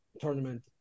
tournament